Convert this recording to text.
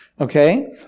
Okay